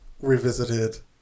revisited